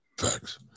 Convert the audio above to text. Facts